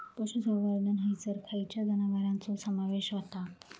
पशुसंवर्धन हैसर खैयच्या जनावरांचो समावेश व्हता?